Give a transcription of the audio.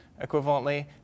equivalently